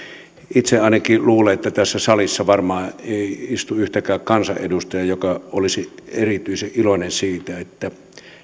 itse ainakin luulen että tässä salissa varmaan ei istu yhtäkään kansanedustajaa joka olisi erityisen iloinen siitä että